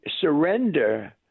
surrender